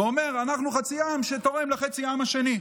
ואמר: אנחנו חצי העם שתורם לחצי העם השני.